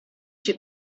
you